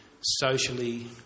socially